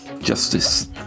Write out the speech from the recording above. justice